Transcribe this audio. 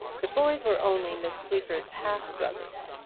the boys were only miss sleaford's half-brothers.